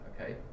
okay